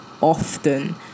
often